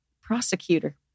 prosecutor